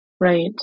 Right